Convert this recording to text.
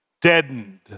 deadened